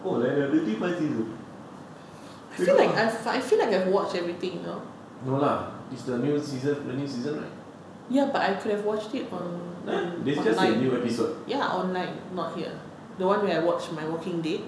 I I feel like I have watched everything ya but I could have watched it on online ya online not here the one where I watch my walking dead